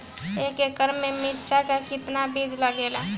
एक एकड़ में मिर्चा का कितना बीज लागेला?